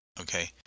Okay